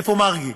איפה מרגי?